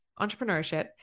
Entrepreneurship